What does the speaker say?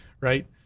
right